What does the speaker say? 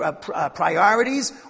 priorities